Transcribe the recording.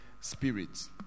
spirits